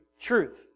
truth